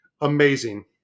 Amazing